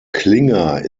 klinger